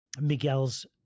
Miguel's